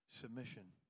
submission